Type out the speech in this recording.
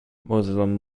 muslim